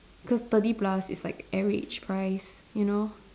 cause thirty plus is like average price you know